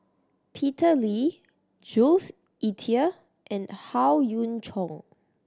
Peter Lee Jules Itier and Howe Yoon Chong